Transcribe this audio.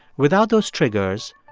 without those triggers,